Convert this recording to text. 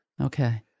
Okay